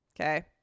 Okay